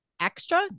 extra